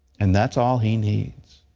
and that's all he needs,